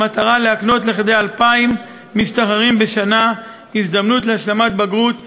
במטרה להקנות לכ-2,000 משתחררים בשנה הזדמנות להשלמת בגרות באזרחות,